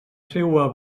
seua